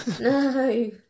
No